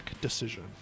decision